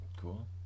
Cool